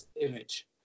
image